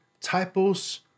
typos